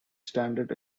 standard